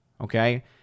Okay